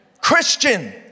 Christian